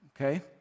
okay